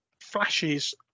flashes